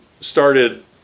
started